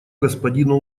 господину